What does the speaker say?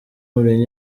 mourinho